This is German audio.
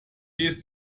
ist